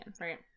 right